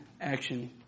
action